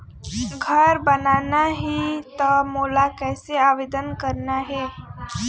घर बनाना ही त मोला कैसे आवेदन करना हे?